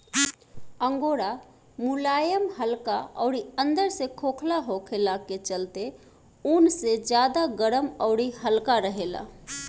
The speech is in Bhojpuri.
अंगोरा मुलायम हल्का अउरी अंदर से खोखला होखला के चलते ऊन से ज्यादा गरम अउरी हल्का रहेला